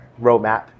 roadmap